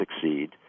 succeed